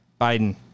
Biden